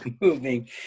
moving